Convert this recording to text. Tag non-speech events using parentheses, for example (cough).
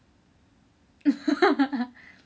(laughs)